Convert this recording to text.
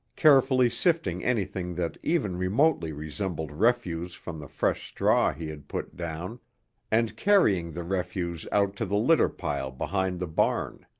carefully sifting anything that even remotely resembled refuse from the fresh straw he had put down and carrying the refuse out to the litter pile behind the barn.